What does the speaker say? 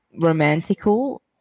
romantical